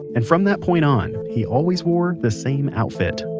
and from that point on he always wore the same outfit